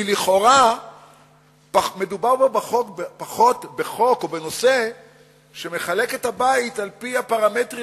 כי לכאורה מדובר פה פחות בחוק או בנושא שמחלק את הבית על-פי הפרמטרים